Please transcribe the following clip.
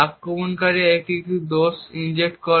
আক্রমণকারী এখন একটি দোষ ইনজেক্ট করে